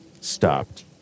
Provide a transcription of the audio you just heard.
stopped